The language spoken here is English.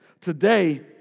today